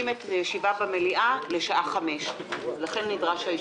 את הישיבה במליאה לשעה 17:00. לכן נדרש האישור.